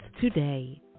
today